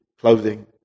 clothing